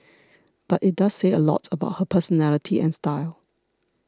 but it does say a lot about her personality and style